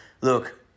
Look